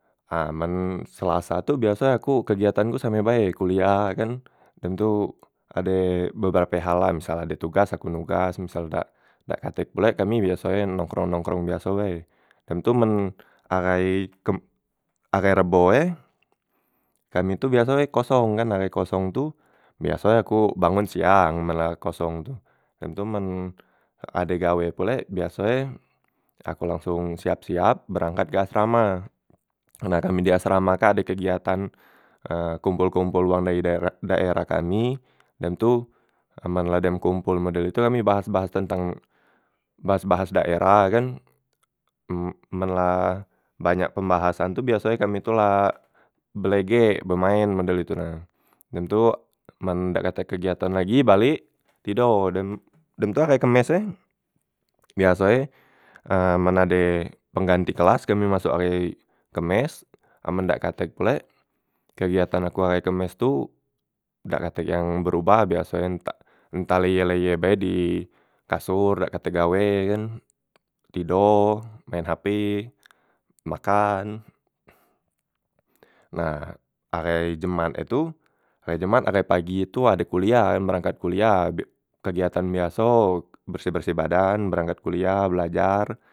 Ha men selasa tu biaso e aku kegiatan ku same bae kuliah e kan dem tu ade beberape hal la, misal ade tugas aku nugas misal dak dak katek pulek kami biaso e nongkrong- nongkrong biaso bae. Dem tu men ahai kem ahai rebo e, kami tu biaso e kosong kan ahai kosong tu biaso e aku bangon siang men la kosong tu, dem tu men ade gawe pulek biaso e aku langsong siap- siap berangkat ke asrama, nah kami di asrama kak ade kegiatan kompol- kompol wang dari daer daerah kami, dem tu amen la dem kompol model itu kami bahas- bahas tentang bahas- bahas daerah e kan, me men la banyak pembahasan tu biaso e kami tu la belegek bemain model itu na, dem tu men dak katek kegiatan lagi balek tido. Dem tu ahai kemis e biaso e men ade pengganti kelas kami masok hari kemis amen dak katek pulek kegiatan aku ahai kemis tu dak katek yang berobah biaso e nta ntah leyeh- leyeh bae di kasor dak katek gawe ye kan, tido, main hp, makan. Nah ahai jumat e tu hari jumat ahai pagi itu ade kuliah yang berangkat kuliah be kegiatan biaso berseh- berseh badan berangkat kuliah belajar.